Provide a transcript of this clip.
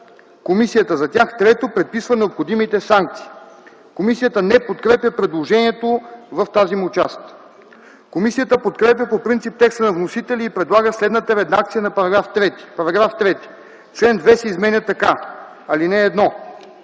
комисията за тях; 3. предписва необходимите санкции.” Комисията не подкрепя предложението в тази му част. Комисията подкрепя по принцип текста на вносителя и предлага следната редакция на § 3: „§ 3. Член 2 се изменя така: „Чл. 2.